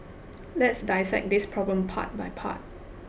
let's dissect this problem part by part